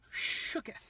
shooketh